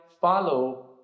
follow